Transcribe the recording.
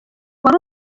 wari